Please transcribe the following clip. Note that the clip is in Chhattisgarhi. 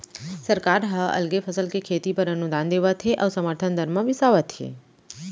सरकार ह अलगे फसल के खेती बर अनुदान देवत हे अउ समरथन दर म बिसावत हे